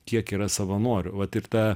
kiek yra savanorių vat ir tą